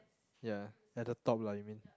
ya at the top lah you mean